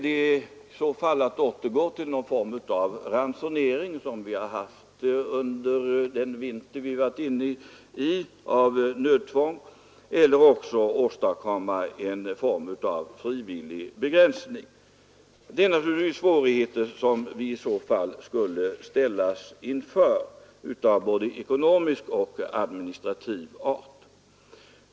Det skulle i så fall vara att återgå till någon form av ransonering, som vi av nödtvång haft under den vinter som gått, eller att åstadkomma någon form av frivillig begränsning. Vi skulle naturligtvis då ställas inför svårigheter av både ekonomisk och administrativ art.